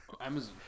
Amazon